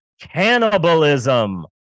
Cannibalism